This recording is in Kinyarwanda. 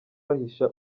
bahisha